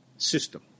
system